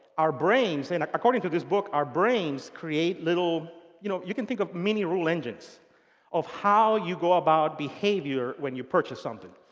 our brains and according to this book, our brains create little you know, you can think of many rule engines of how you go about behavior when you purchase something.